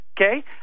okay